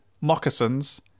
Moccasins